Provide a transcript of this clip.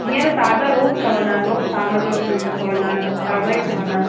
हींअर ताज़ा रोज़ु ठहंदा आहिनि रोज़ शाम जो ठहंदा आहिनि ताज़ा ई ठहंदा आहिनि